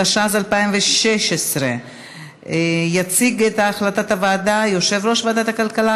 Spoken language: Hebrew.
התשע"ז 2016. יציג את החלטת הוועדה יושב-ראש ועדת הכלכלה,